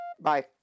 Bye